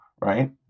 right